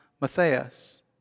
Matthias